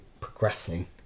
progressing